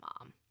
mom